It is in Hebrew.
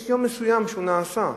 יש יום מסוים שבו זה נעשה,